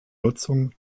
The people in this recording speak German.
nutzung